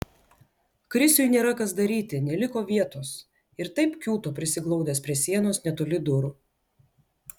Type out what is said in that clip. krisiui nėra kas daryti neliko vietos ir taip kiūto prisiglaudęs prie sienos netoli durų